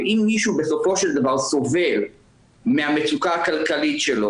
ואם מישהו בסופו של דבר סובל מהמצוקה הכלכלית שלו